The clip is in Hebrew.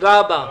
תודה רבה לך.